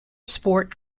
sport